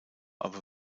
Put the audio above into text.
aber